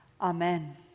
Amen